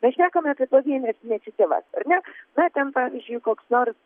mes šnekame apie pavienes iniciatyvas ar ne na ten pavyzdžiui koks nors